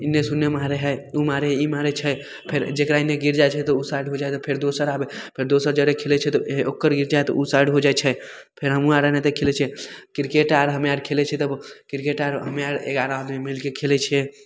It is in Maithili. एन्नेसे ओन्ने मारै हइ ओ मारै हइ ई मारै छै फेर जकरा एन्ने गिर जाइ छै तऽ ओ साइड हो जाइ हइ तऽ फेर दोसर आबै हइ फेर दोसर जरे खेलै छै तऽ फेर ओकर गिर जाइ तऽ ओ साइड हो जाइ छै फेर हमहूँ आर एनाहिते खेलै छिए किरकेट आर हमे आर खेलै छिए तऽ बहु किरकेट आर हमे आर एगारह आदमी मिलिके खेलै छिए